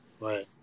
Right